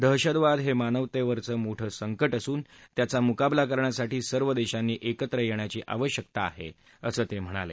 दहशतवाद हे मानवतेवरचं मोठं संकट असून त्याचा मुकाबला करण्यासाठी सर्व देशांनी एकत्र येण्याची आवश्यकता आहे असं ते म्हणाले